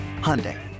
Hyundai